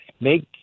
make